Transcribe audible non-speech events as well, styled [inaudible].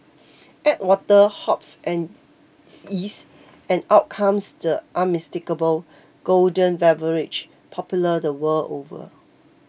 add water hops and [unintelligible] yeast and out comes the unmistakable golden beverage popular the world over